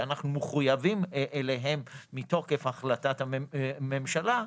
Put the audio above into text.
שאנחנו מחויבים אליהם מתוקף החלטת הממשלה,